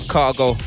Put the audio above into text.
Cargo